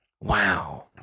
wow